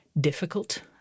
difficult